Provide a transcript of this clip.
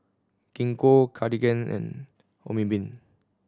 Gingko Cartigain and Obimin